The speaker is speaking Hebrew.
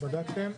בדקתם?